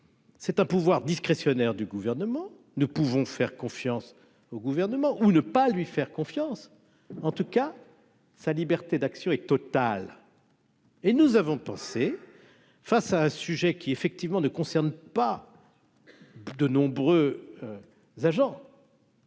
c'est un pouvoir discrétionnaire du gouvernement ne pouvons faire confiance au gouvernement ou ne pas lui faire confiance, en tout cas sa liberté d'action est totale. Et nous avons pensé, face à un sujet qui effectivement ne concerne pas de nombreux agents.